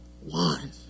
one